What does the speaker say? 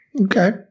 Okay